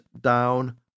down